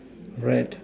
rat